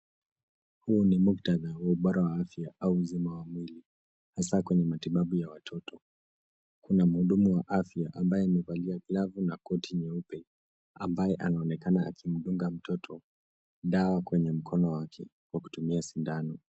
Huu ni muktadha wa ubora wa afya au uzima wa mwili hasa kwenye matibabu ya watoto. Kuna mhudumu wa afya ambaye amevalia glavu na koti nyeupe ambaye anaonekana akimdunga mtoto dawa kwenye mkono wake kutumia sindano.